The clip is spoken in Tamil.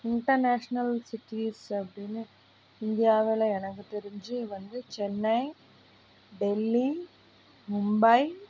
இன்டர்நேஷ்னல் சிட்டீஸ் அப்படினு இந்தியாவில் எனக்கு தெரிஞ்சு வந்து சென்னை டெல்லி மும்பை